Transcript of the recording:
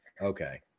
Okay